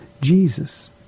Jesus